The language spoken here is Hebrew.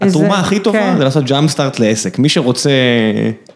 התרומה הכי טובה זה לעשות ג'אמפ סטארט לעסק, מי שרוצה.